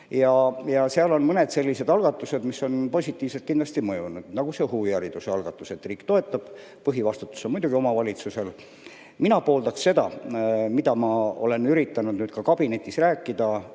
Seal on mõned sellised algatused, mis on positiivselt mõjunud, nagu see huvihariduse algatus, et riik toetab. Põhivastutus on muidugi omavalitsusel. Mina pooldan seda, mida ma olen üritanud ka kabinetis rääkida,